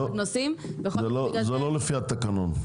זה לא לפי התקנון.